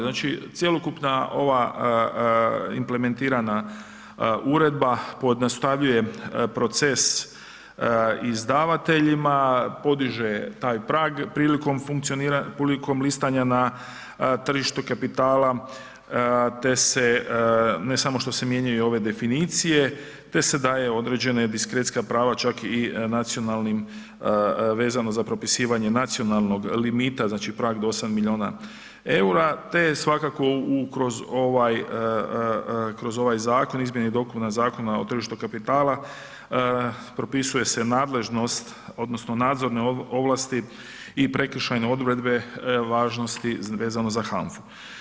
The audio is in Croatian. Znači, cjelokupna ova implementirana uredba pojednostavljuje proces izdavateljima, podiže taj prag prilikom listanja na tržištu kapitala te se ne samo što se mijenjaju ove definicije, te se daje određena diskrecijska prava čak i nacionalnim, vezano za propisivanje nacionalnog limita znači prag do 8 miliona EUR-a te je svakako kroz ovaj Zakon izmjena i dopuna Zakona o tržištu kapitala propisuje se nadležnost odnosno nadzorne ovlasti i prekršajne odredbe važnosti vezano za HANFU.